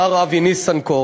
מר אבי ניסנקורן,